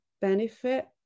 benefit